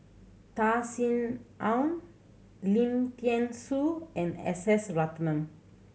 Ta Sin Aun Lim Thean Soo and S S Ratnam